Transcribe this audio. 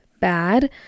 bad